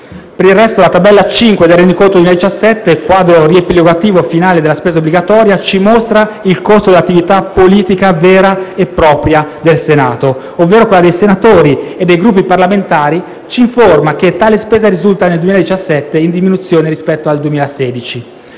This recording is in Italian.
Per il resto, la tabella n. 5 del rendiconto 2017 (Quadro riepilogativo finale della spesa obbligatoria), che ci mostra il costo dell'attività politica vera e propria del Senato (ovvero quello dei senatori e dei Gruppi parlamentari), ci informa che tale spesa risulta nel 2017 in diminuzione rispetto al 2016.